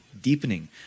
deepening